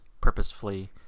purposefully